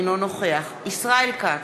אינו נוכח ישראל כץ,